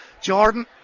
Jordan